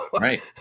right